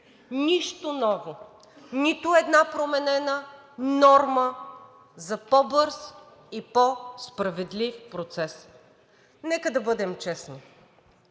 Нищо ново, нито една променена норма за по-бърз и по-справедлив процес. Нека да бъдем честни,